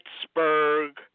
Pittsburgh